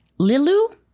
Lilu